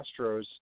Astros